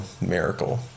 miracle